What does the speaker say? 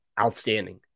outstanding